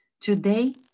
Today